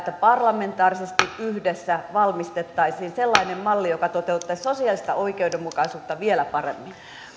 että parlamentaarisesti yhdessä valmistettaisiin sellainen malli joka toteuttaisi sosiaalista oikeudenmukaisuutta vielä paremmin